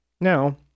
Now